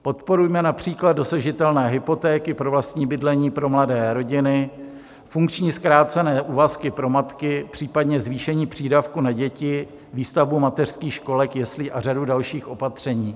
Podporujme například dosažitelné hypotéky pro vlastní bydlení pro mladé rodiny, funkční zkrácené úvazky pro matky, případně zvýšení přídavku na děti, výstavbu mateřských školek, jeslí a řadu dalších opatření.